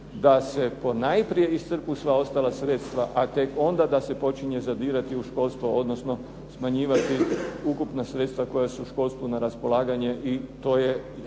da se ponajprije iscrpe sva ostala sredstva, a tek onda da se počinje zadirati u školstvo, odnosno smanjivati ukupna sredstva koja su školstvu na raspolaganje i to je